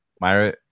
Myra